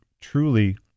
truly